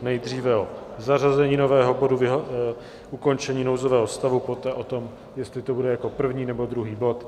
Nejdříve o zařazení nového bodu Ukončení nouzového stavu, poté o tom, jestli to bude jako první, nebo druhý bod.